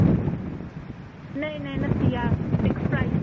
नईं नेईं नत्ती ज्हार फिक्स प्राइज